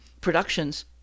productions